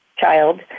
Child